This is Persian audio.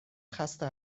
خسته